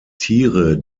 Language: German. tiere